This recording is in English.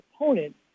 opponent